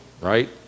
right